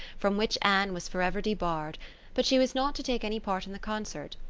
from which anne was forever debarred but she was not to take any part in the concert,